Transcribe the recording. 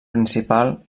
principal